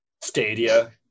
Stadia